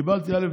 קיבלתי א',